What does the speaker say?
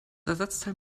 ersatzteil